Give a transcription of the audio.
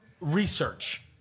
research